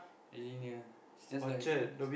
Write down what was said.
really near it's just like I think